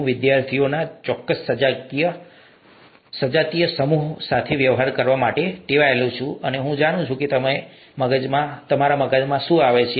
હું વિદ્યાર્થીઓના ચોક્કસ સજાતીય સમૂહ સાથે વ્યવહાર કરવા માટે ટેવાયેલો છું હું જાણું છું કે તેમના મગજમાં શું આવે છે